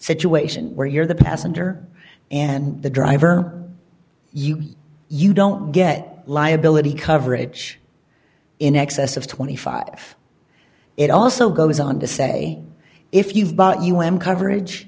situation where you're the passenger and the driver you you don't get liability coverage in excess of twenty five dollars it also goes on to say if you've bought un coverage